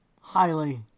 highly